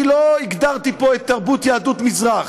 אני לא הגדרתי פה את תרבות יהדות מזרח,